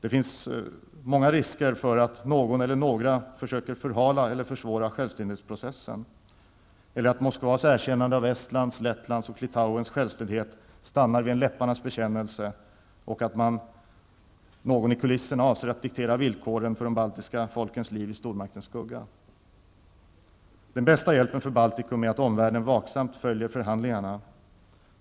Det finns många risker för att någon eller några försöker förhala eller försvåra självständighetsprocessen eller att Litauens självständighet stannar vid en läpparnas bekännelse och att någon i kulisserna avser att diktera villkoren för de baltiska folkens liv i stormaktens skugga. Den bästa hjälpen för Baltikum är att omvärlden vaksamt följer förhandlingarna.